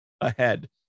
ahead